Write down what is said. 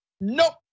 Nope